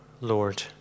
Lord